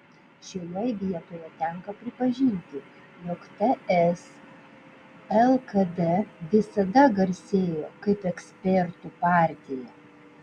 šioje vietoje tenka pripažinti jog ts lkd visada garsėjo kaip ekspertų partija